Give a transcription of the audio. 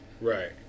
Right